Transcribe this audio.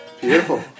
Beautiful